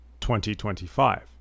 2025